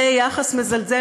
ליחס מזלזל,